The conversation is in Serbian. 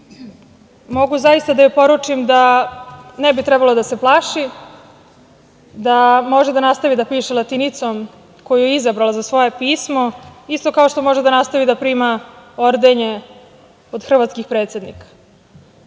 mogu zaista da joj poručim da ne bi trebalo da se plaši, da može da nastavi da piše latinicom koju je izabrala za svoje pismo, isto kao što može da nastavi da prima ordenje od hrvatskih predsednika.